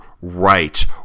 right